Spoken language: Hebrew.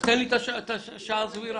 אז תן לי את השעה הסבירה.